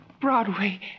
Broadway